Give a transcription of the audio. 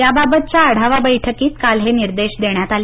याबाबतच्या आढावा बैठकीत काल हे निर्देश देण्यात आले